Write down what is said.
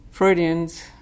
Freudians